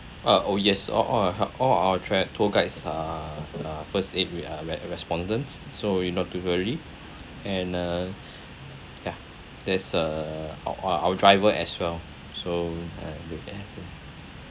uh oh yes all all our hel~ all our tra~ tour guides err err first aid we are we are respondents so you not to worry and uh ya there's err our our our driver as well so